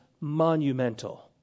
monumental